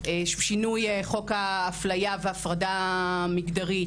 שינוי חוק האפליה וההפרדה המגדרית,